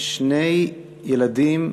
שני ילדים,